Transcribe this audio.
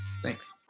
thanks